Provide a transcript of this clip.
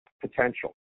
potential